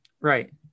Right